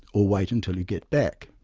or wait until you get back?